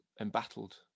embattled